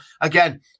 again